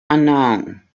unknown